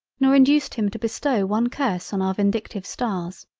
nor induced him to bestow one curse on our vindictive stars.